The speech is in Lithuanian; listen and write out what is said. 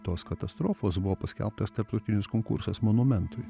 tos katastrofos buvo paskelbtas tarptautinis konkursas monumentui